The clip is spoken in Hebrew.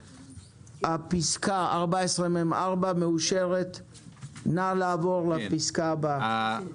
הצבעה אושר סעיף 14מ(4) אושר פה אחד.